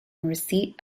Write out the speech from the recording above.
receipt